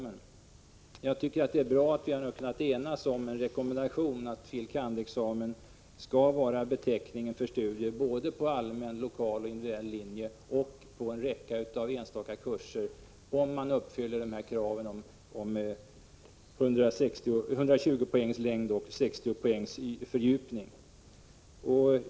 Jag tycker det är bra att vi har kunnat enas om en rekommendation att fil. kand.-examen skall vara beteckningen för genomförda studier på både allmän, lokal och individuell linje och på en räcka av enstaka kurser, om man uppfyller kraven 120-poängs längd och 60-poängs fördjupning.